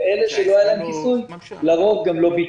ואלה שלא היה להם כיסוי, לרוב גם לא ביטלו.